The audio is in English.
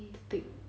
to take